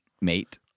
mate